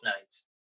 nights